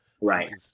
right